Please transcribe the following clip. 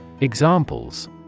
Examples